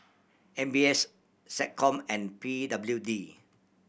M B S SecCom and P W D